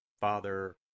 Father